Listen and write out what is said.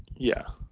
yeah.